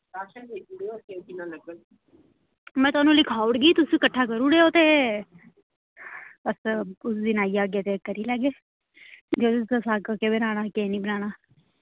मैं थुआनू लिखाऊड़गी तुस कट्ठा करूड़ेओ ते अस उसदिन आई जागे ते करी लैगे जो बी तुस आक्खगे केह् बनाना केह् नी बनाना